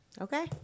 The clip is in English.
Okay